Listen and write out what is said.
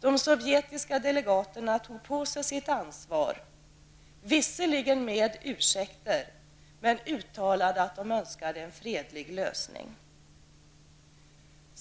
De sovjetiska delegaterna tog på sig sitt ansvar, visserligen med ursäkter, men uttalade att de önskade en fredlig lösning.